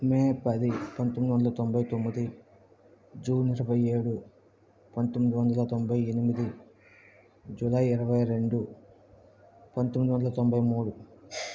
మే పది పంతొమ్మిది వందల తొంభై తొమ్మిది జూన్ ఇరవై ఏడు పంతొమ్మిది వందల తొంభై ఎనిమిది జులై ఇరవై రెండు పంతొమ్మిది వందల తొంభై మూడు